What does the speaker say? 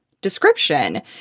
description